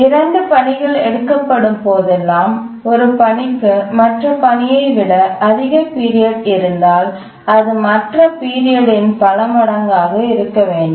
இரண்டு பணிகள் எடுக்கப்படும் போதெல்லாம் ஒரு பணிக்கு மற்ற பணியை விட அதிக பீரியட் இருந்தால் அது மற்ற பீரியட் இன் பலமடங்காக இருக்க வேண்டும்